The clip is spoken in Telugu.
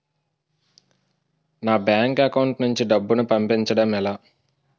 నా బ్యాంక్ అకౌంట్ నుంచి డబ్బును పంపించడం ఎలా?